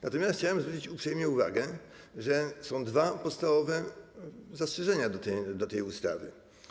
Natomiast chciałbym zwrócić uprzejmie uwagę, że są dwa podstawowe zastrzeżenia do tej ustawy.